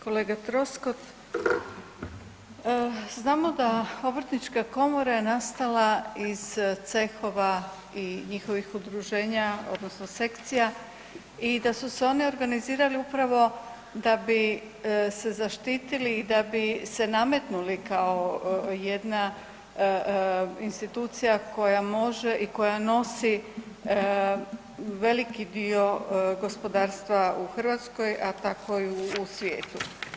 Kolega Troskot, znamo da Obrtnička komora je nastala iz cehova i njihovih udruženja odnosno sekcija i da su se oni organizirali upravo da bi se zaštitili i da bi se nametnuli kao jedna institucija koja može i koja nosi veliki dio gospodarstva u Hrvatskoj, a tako i u svijetu.